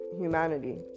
humanity